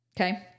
Okay